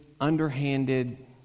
underhanded